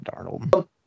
Darnold